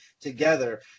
together